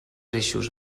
eixos